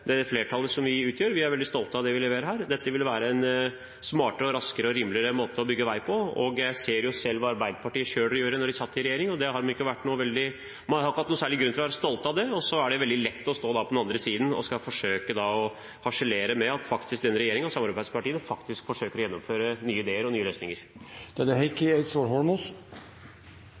stå bak det flertallet som vi utgjør. Vi er veldig stolte av det vi leverer her. Dette vil være en smartere, raskere og rimeligere måte å bygge vei på. Jeg ser hva Arbeiderpartiet selv gjorde da de satt i regjering – man har ikke hatt noen særlig grunn til å være stolt av det. Så er det veldig lett å stå på den andre siden og harselere over at denne regjeringen og samarbeidspartiene forsøker å gjennomføre nye ideer og nye løsninger. Jeg har et litt åpent spørsmål til representanten Abid Raja, og det er